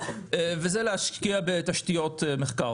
וזה להשקיע בתשתיות מחקר,